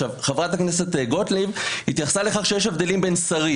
חברת הכנסת גוטליב התייחסה לכך שיש הבדלים בין שרים,